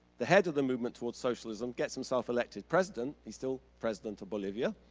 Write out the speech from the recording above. the head of the movement towards socialism, gets himself elected president. he's still president of bolivia,